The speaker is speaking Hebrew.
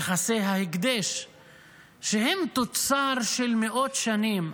נכסי ההקדש שהם תוצר של מאות שנים.